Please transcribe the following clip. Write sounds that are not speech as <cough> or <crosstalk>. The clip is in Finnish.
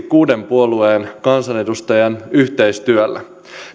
<unintelligible> kuuden puolueen kansanedustajan yhteistyöllä